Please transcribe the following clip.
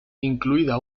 incluida